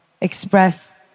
express